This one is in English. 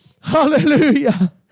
Hallelujah